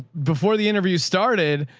before the interview started,